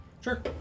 Sure